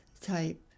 type